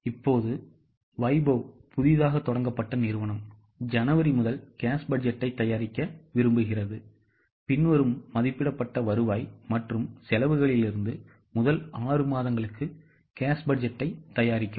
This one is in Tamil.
இப்போது வைபவ் புதிதாக தொடங்கப்பட்ட நிறுவனம் ஜனவரி முதல் cash பட்ஜெட்டை தயாரிக்க விரும்புகிறதுபின்வரும் மதிப்பிடப்பட்ட வருவாய் மற்றும் செலவுகளிலிருந்து முதல் 6 மாதங்களுக்கு cash பட்ஜெட்டை தயாரிக்கவும்